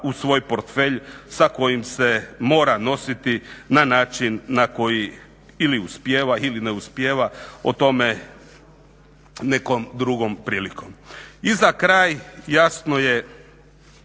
u svoj portfelj sa kojim se mora nositi na način na koji ili uspijeva ili ne uspijeva, o tome nekom drugom prilikom. I za kraj, jasno je